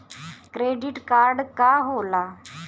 Credit card का होला?